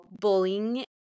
bullying